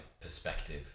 perspective